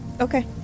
okay